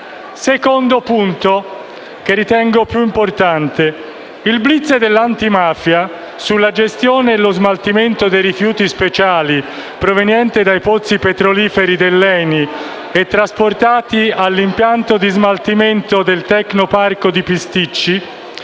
secondo punto, che ritengo più importante: il *blitz* dell'antimafia sulla gestione e lo smaltimento dei rifiuti speciali provenienti dai pozzi petroliferi dell'ENI e trasportati all'impianto di smaltimento della Tecnoparco di Pisticci,